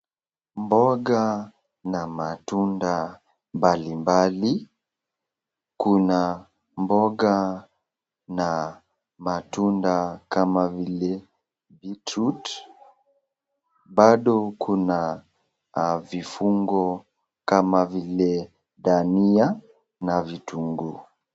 Mboga na matunda mbalimbali, kuna mboga na matunda kama vile bitruit, bado kuna vifungo kama vile dania na vitungu.